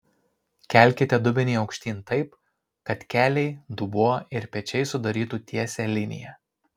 kelkite dubenį aukštyn taip kad keliai dubuo ir pečiai sudarytų tiesią liniją